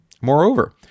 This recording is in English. Moreover